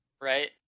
right